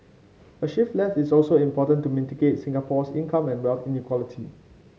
a shift left is also important to mitigate Singapore's income and wealth inequality